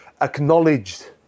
acknowledged